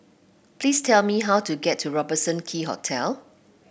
please tell me how to get to Robertson Quay Hotel